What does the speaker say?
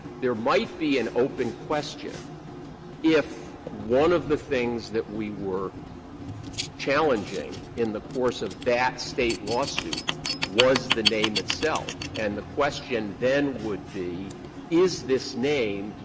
there might be an open question if one of the things that we were challenging in the course of that state lawsuit was the name itself, and the question then would be is this name,